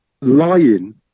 lying